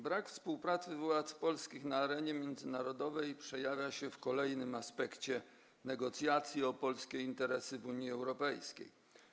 Brak współpracy władz polskich na arenie międzynarodowej przejawia się w kolejnym aspekcie negocjacji na temat polskich interesów w Unii Europejskiej.